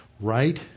right